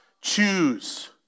choose